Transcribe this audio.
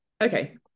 Okay